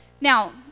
Now